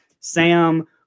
Sam